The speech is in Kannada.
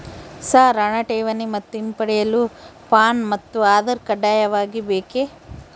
ಸರ್ ಹಣ ಠೇವಣಿ ಮತ್ತು ಹಿಂಪಡೆಯಲು ಪ್ಯಾನ್ ಮತ್ತು ಆಧಾರ್ ಕಡ್ಡಾಯವಾಗಿ ಬೇಕೆ?